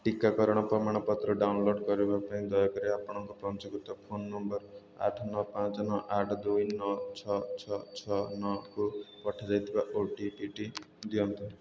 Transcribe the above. ଟିକାକରଣ ପ୍ରମାଣପତ୍ର ଡାଉନଲୋଡ଼୍ କରିବା ପାଇଁ ଦୟାକରି ଆପଣଙ୍କର ପଞ୍ଜୀକୃତ ଫୋନ୍ ନମ୍ବର ଆଠ ନଅ ପାଞ୍ଚ ନଅ ଆଠ ଦୁଇ ନଅ ଛଅ ଛଅ ଛଅ ନଅ କୁ ପଠାଯାଇଥିବା ଓ ଟି ପି ଟି ଦିଅନ୍ତୁ